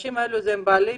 האנשים האלה בעלי